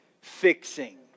fixing